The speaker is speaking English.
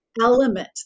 element